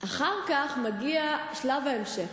אחר כך מגיע שלב ההמשך.